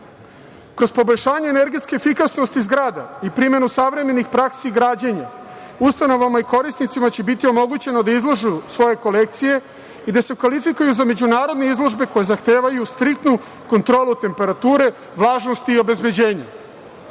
poboljšanje energetske efikasnosti zgrada i primenu savremenih praksi građenja, ustanovama i korisnicima će biti omogućeno da izlažu svoje kolekcije i da se kvalifikuju za međunarodne izložbe koje zahtevaju striktnu kontrolu temperature, vlažnosti i obezbeđenja.Za